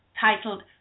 titled